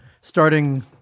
Starting